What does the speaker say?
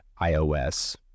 IOS